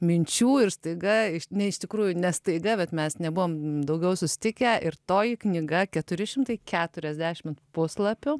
minčių ir staiga iš ne iš tikrųjų ne staiga bet mes nebuvom daugiau susitikę ir toji knyga keturi šimtai keturiasdešimt puslapių